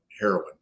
heroin